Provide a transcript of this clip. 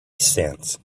since